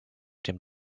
dem